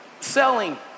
selling